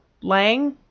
Lang